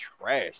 trash